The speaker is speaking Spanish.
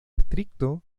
estricto